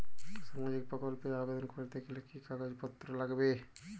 সামাজিক প্রকল্প এ আবেদন করতে গেলে কি কাগজ পত্র লাগবে?